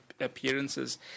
appearances